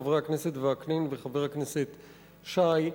חברי הכנסת וקנין וחבר הכנסת שי,